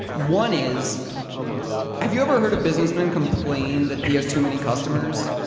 one is have you ever heard a businessman complain that he has too many customers?